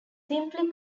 simply